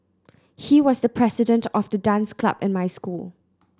he was the president of the dance club in my school